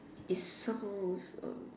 it sounds